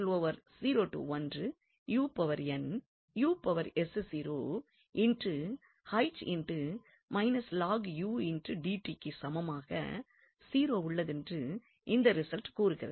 க்கு சமமாக 0 உள்ளதென்று இந்த ரிசல்ட் கூறுகிறது